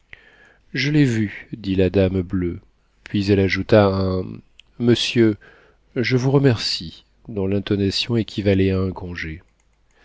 je l'ai vu dit la dame bleue puis elle ajouta un monsieur je vous remercie dont l'intonation équivalait à un congé